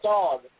Dog